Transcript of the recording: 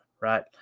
right